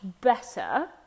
better